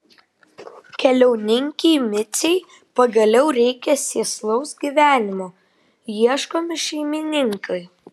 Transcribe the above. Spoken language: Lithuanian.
keliauninkei micei pagaliau reikia sėslaus gyvenimo ieškomi šeimininkai